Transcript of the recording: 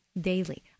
daily